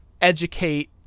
educate